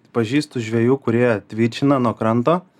pažįstu žvejų kurie tvičina nuo kranto